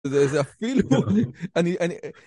זה, זה אפילו , אני, אני...